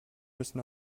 müssen